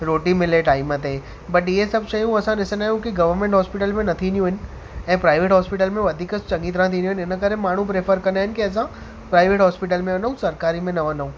रोटी मिले टाइम ते बट इहे सभु शयूं असां ॾिसन्दा आहियूं की गवर्नमेंट हॉस्पिटल्स में न थींदीयूं आहिनि ऐं प्राइवेट हॉस्पिटल में वधीक चङी तरहं थींदीयूं आहिनि इन करे माण्हू प्रैफर कंदा आहिनि की असां प्राइवेट हॉस्पिटल्स में वञूं सरकारी में न वञूं